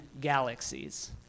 galaxies